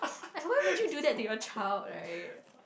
and why would you do that to your child right